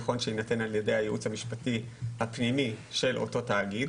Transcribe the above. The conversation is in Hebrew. נכון שיינתן ע"י הייעוץ המשפטי הפנימי של אותו תאגיד.